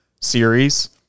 series